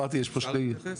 אפשר להתייחס?